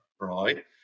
Right